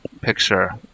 picture